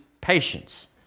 patience